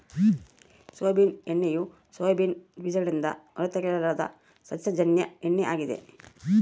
soybean ಎಣ್ಣೆಯು soybean ಬೀಜಗಳಿಂದ ಹೊರತೆಗೆಯಲಾದ ಸಸ್ಯಜನ್ಯ ಎಣ್ಣೆ ಆಗಿದೆ